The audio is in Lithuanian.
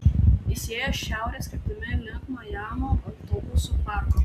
jis ėjo šiaurės kryptimi link majamio autobusų parko